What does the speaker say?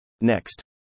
Next